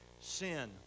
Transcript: sin